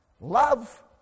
Love